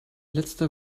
letzter